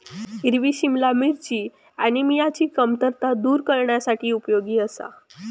हिरवी सिमला मिरची ऍनिमियाची कमतरता दूर करण्यासाठी उपयोगी आसा